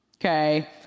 okay